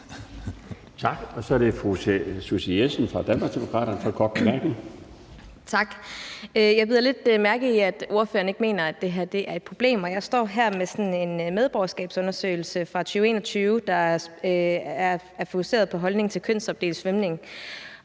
Tak. Så er det fru Susie Jessen fra Danmarksdemokraterne med en kort bemærkning. Kl. 18:55 Susie Jessen (DD): Tak. Jeg bider lidt mærke i, at ordføreren ikke mener, at det her er et problem. Jeg står her med sådan en medborgerskabsundersøgelse fra 2021, hvor der fokuseres på holdningen til kønsopdelt svømning.